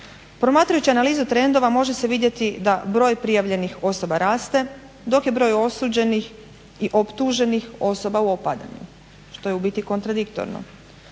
Promatrajući analizu trendova može se vidjeti da broj prijavljenih osoba raste dok je broj osuđenih i optuženih osoba u opadanju što je u biti kontradiktorno.